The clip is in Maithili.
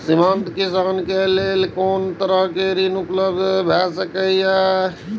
सीमांत किसान के लेल कोन तरहक ऋण उपलब्ध भ सकेया?